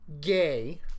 gay